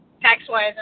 tax-wise